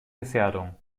gefährdung